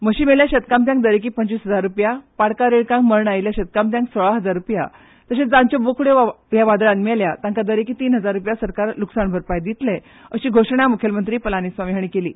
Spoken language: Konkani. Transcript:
म्हशी मेल्या शेतकामत्यांक दरेकी पंचवीस हजार रुपया पाडकां रेडकांक मरण आयिल्ल्या शेतकामत्यांक सोळा हजार रुपया तशेंच जांच्यो बोकड्यो ह्या वादळान मेल्यो तांकां दरेकी तीन हजार रुपया ससरकार लुकसाण भरपाय दितले अशी घोशणा मुखेलमंत्र्यांनी केली